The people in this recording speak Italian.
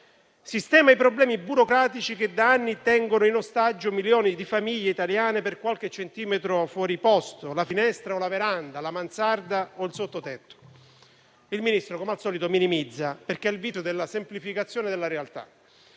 sistema i problemi burocratici che da anni tengono in ostaggio milioni di famiglie italiane per qualche centimetro fuori posto, la finestra o la veranda, la mansarda o il sottotetto. Il Ministro, come al solito, minimizza, perché ha il vizio della semplificazione della realtà,